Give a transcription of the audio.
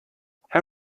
how